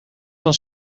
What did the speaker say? van